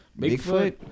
Bigfoot